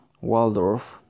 Waldorf